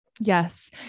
Yes